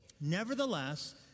Nevertheless